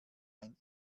ein